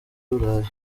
burayi